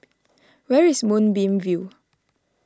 where is Moonbeam View